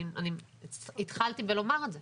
אני התחלתי לומר את זה,